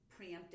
preemptive